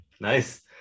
Nice